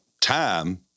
time